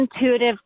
intuitive